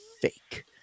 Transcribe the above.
fake